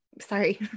sorry